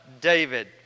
David